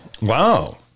Wow